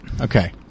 okay